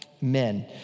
men